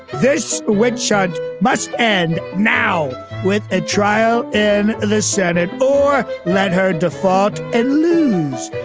this which judge must end now with a trial in the senate? or let her default and lose.